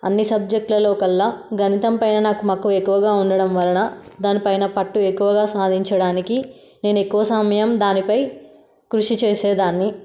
అన్ని సబ్జెక్ట్లలో కల్లా గణితం పైన నాకు మక్కువ ఎక్కువగా ఉండడం వలన దాని పై పట్టు ఎక్కువగా సాధించడానికి నేను ఎక్కువ సమయం దానిపై కృషి చేసేదాన్ని